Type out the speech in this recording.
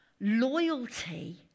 loyalty